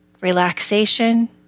relaxation